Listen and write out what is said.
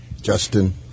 Justin